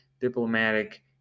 diplomatic